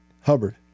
Hubbard